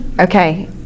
Okay